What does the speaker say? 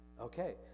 okay